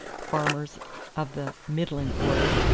farmers of the middling order,